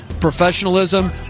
professionalism